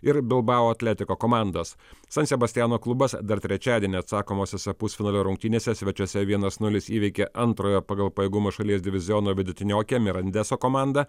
ir bilbao atletico komandos san sebastiano klubas dar trečiadienį atsakomosiose pusfinalio rungtynėse svečiuose vienas nulis įveikė antrojo pagal pajėgumą šalies diviziono vidutiniokę mirandeso komandą